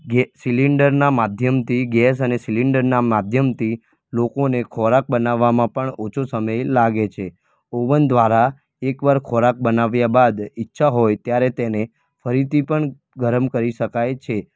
ગે સીલિન્ડરના માધ્યમથી ગૅસ અને સીલિન્ડરના માધ્યમથી લોકોને ખોરાક બનાવવામાં પણ ઓછો સમય લાગે છે ઓવન દ્વારા એકવાર ખોરાક બનાવ્યા બાદ ઈચ્છા હોય ત્યારે તેને ફરીથી પણ ગરમ કરી શકાય છે